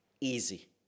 easy